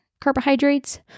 carbohydrates